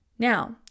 Now